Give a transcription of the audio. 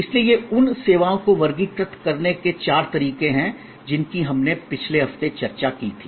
इसलिए ये उन सेवाओं को वर्गीकृत करने के चार तरीके हैं जिनकी हमने पिछले हफ्ते चर्चा की थी